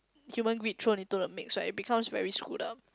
human greed thrown into the mix right it becomes very screwed up